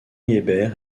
hébert